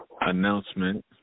announcement